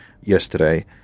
yesterday